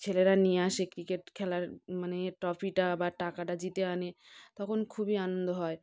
ছেলেরা নিয়ে আসে ক্রিকেট খেলার মানে ট্রফিটা বা টাকাটা জিতে আনে তখন খুবই আনন্দ হয়